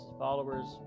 followers